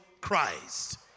Christ